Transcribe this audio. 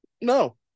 No